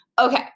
Okay